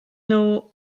nhw